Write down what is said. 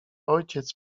ojciec